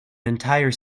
entire